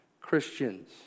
Christians